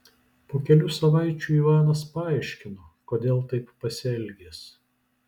po kelių savaičių ivanas paaiškino kodėl taip pasielgęs